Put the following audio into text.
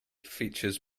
features